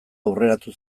aurreratu